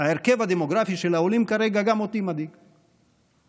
ההרכב הדמוגרפי של העולים כרגע מדאיג גם אותי.